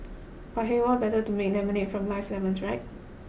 but hey what better than to make lemonade from life's lemons right